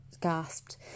gasped